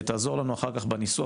תעזור לנו אחר כך בניסוח,